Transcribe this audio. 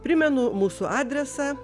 primenu mūsų adresą